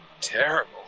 Terrible